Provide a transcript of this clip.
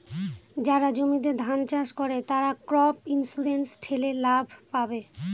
যারা জমিতে ধান চাষ করে, তারা ক্রপ ইন্সুরেন্স ঠেলে লাভ পাবে